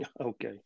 Okay